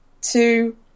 two